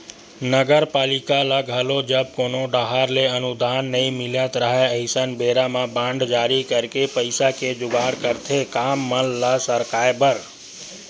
नगरपालिका ल घलो जब कोनो डाहर ले अनुदान नई मिलत राहय अइसन बेरा म बांड जारी करके पइसा के जुगाड़ करथे काम मन ल सरकाय बर